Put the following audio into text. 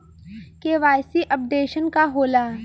KYC updation का होला?